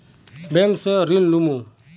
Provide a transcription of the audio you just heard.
Bank से ऋण लुमू?